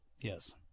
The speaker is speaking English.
Yes